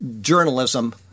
journalism